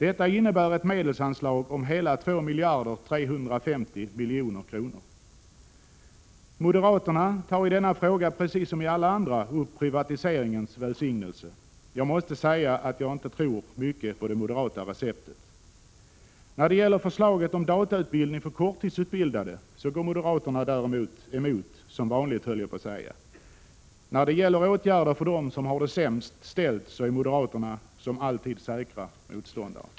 Detta innebär ett medelsanslag om hela 2 350 milj.kr. Moderaterna tar i denna fråga, precis som i alla andra, upp privatiseringens välsignelse. Jag måste säga att jag inte tror mycket på det moderata receptet. När det gäller förslaget om datautbildning för korttidsutbildade så går moderaterna emot — som vanligt, höll jag på att säga. När det gäller åtgärder för dem som har det sämst ställt är moderaterna som alltid säkra motståndare.